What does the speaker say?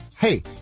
Hey